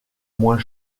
moins